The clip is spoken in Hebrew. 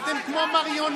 אתם כמו מריונטות,